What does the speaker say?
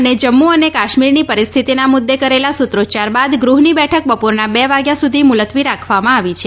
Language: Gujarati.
અને જમ્મુ અને કાશ્મીરની પરિસ્થિતિના મુદ્દે કરેલા સૂત્રોચ્યાર બાદ ગૃહની બેઠક બપોરના બે વાગ્યા સુધી મુલત્વી રાખવામાં આવી છે